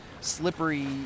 slippery